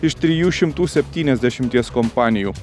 iš trijų šimtų septyniasdešimties kompanijų